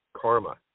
karma